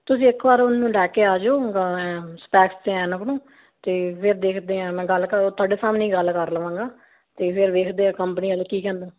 ਤੁਸੀਂ ਇੱਕ ਵਾਰ ਉਹਨੂੰ ਲੈ ਕੇ ਆ ਜਾਓ ਸਪੈਸਕ ਅਤੇ ਐਨਕ ਨੂੰ ਅਤੇ ਫਿਰ ਦੇਖਦੇ ਹਾਂ ਮੈਂ ਗੱਲ ਕਰੂ ਤੁਹਾਡੇ ਸਾਹਮਣੇ ਹੀ ਗੱਲ ਕਰ ਲਵਾਂਗਾ ਅਤੇ ਫਿਰ ਵੇਖਦੇ ਹਾਂ ਕੰਪਨੀ ਵਾਲੇ ਕੀ ਕਹਿੰਦਾ